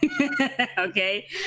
okay